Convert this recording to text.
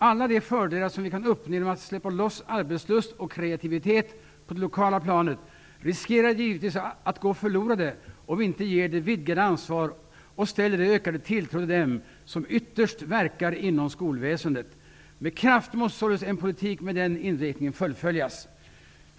Alla de fördelar som vi kan uppnå genom att släppa loss arbetslust och kreativitet på det lokala planet riskerar givetvis att gå förlorade om vi inte ger vidgat ansvar och visar ökad tilltro för dem som yttest verkar inom skolväsendet. En politik med den inriktningen måste således fullföljas med kraft.